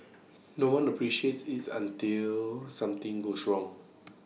no one appreciates it's until something goes wrong